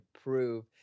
prove